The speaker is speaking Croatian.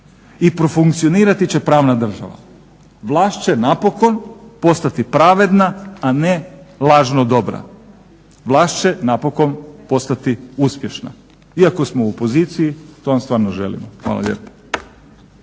i profunkcionirati će pravna država, vlast će napokon postati pravedna, a ne lažno dobra. Vlast će napokon postati uspješna. Iako smo u opoziciji to vam stvarno želimo. Hvala lijepo.